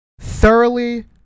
thoroughly